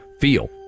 feel